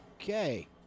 Okay